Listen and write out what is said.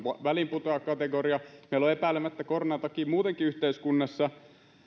väliinputoajakategoria meillä on epäilemättä koronan takia muutenkin yhteiskunnassa